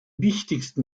wichtigsten